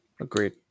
Agreed